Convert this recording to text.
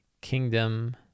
kingdom